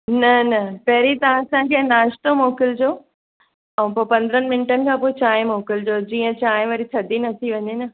न न पहिरीं तव्हां असांखे नाश्तो मोकिलि जो ऐं पोइ पंद्रहं मिंटनि खां पोइ चांहि मोकिलिजो जीअं चांहि वरी थधी न थी वञे न